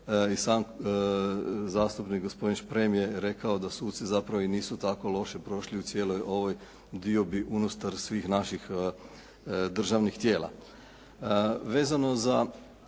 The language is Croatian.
i sam zastupnik gospodin Šprem je rekao da suci zapravo i nisu tako loše prošli u cijeloj ovoj diobi unutar svih naših državnih tijela. Vezano za